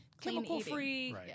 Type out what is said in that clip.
chemical-free